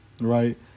Right